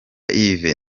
yves